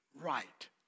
right